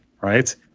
right